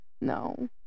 No